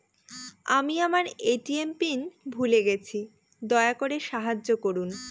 আমি আমার ATM pin ভুলে গেছি, দয়া করে সাহায্য করুন